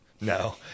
No